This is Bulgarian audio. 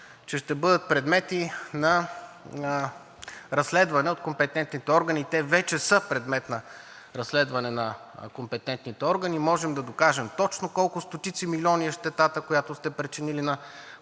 че ще бъдат предмет и на разследване от компетентните органи, и те вече са предмет на разследване на компетентните органи. Можем да докажем точно колко стотици милиони е щетата, която сте причинили на България, така